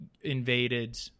invaded